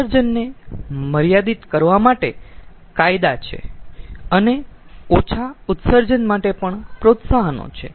ઉત્સર્જનને મર્યાદિત કરવા માટે કાયદા છે અને ઓછા ઉત્સર્જન માટે પણ પ્રોત્સાહનો છે